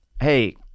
Hey